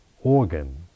organ